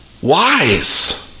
wise